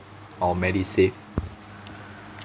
or medisave